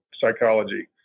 psychology